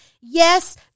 Yes